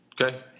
Okay